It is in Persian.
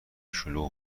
شلوغ